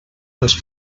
als